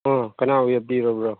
ꯑꯥ ꯀꯅꯥ ꯑꯣꯏꯕꯤꯔꯕ꯭ꯔꯣ